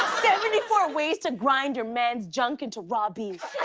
seventy four ways to grind your man's junk into raw beef.